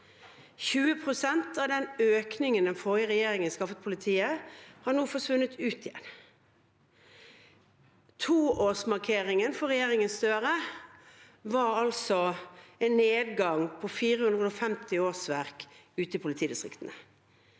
20 pst. av den økningen den forrige regjeringen skaffet politiet, har nå forsvunnet ut igjen. Toårsmarkeringen for regjeringen Støre var altså en nedgang på 450 årsverk ute i politidistriktene,